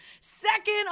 Second